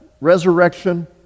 resurrection